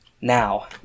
now